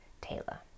Taylor